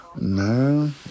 no